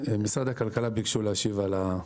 משרד הכלכלה ביקשו להשיב על השאלה.